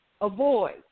avoid